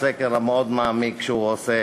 הסקר המאוד-מעמיק שהוא עושה,